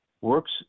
works